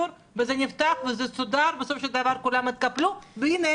נפתח וזה סודר ובסופו של דבר כולם התקפלו והנה,